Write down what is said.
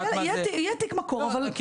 יהיה תיק מקור, אם נידרש לו.